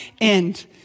end